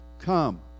Come